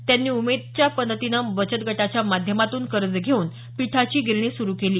त्यांनी उमेदच्या मदतीनं बचत गटाच्या माध्यमातून कर्ज घेऊन पिठाची गिरणी सुरू केली